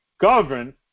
Govern